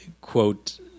quote